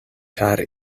ĉar